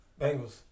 Bengals